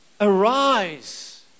arise